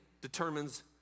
determines